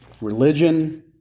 religion